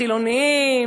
חילונים,